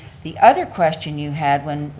the other question you had when,